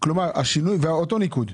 ואותו ניקוד.